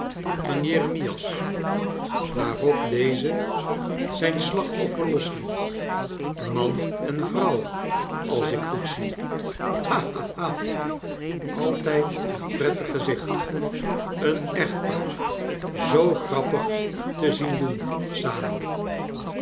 van jeremias waar op deze zijn slacht offer losliet man en vrouw als ik goed zie hahahal altijd een prettig gezicht een echtpaar zoo grappig te zicn docn kleine dorrit samen